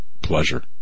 pleasure